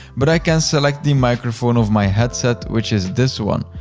but i can select the microphone of my headset, which is this one.